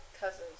cousins